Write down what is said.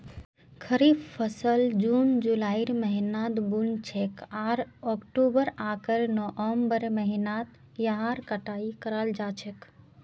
खरीफ फसल जून जुलाइर महीनात बु न छेक आर अक्टूबर आकर नवंबरेर महीनात यहार कटाई कराल जा छेक